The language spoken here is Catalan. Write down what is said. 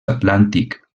atlàntic